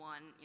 One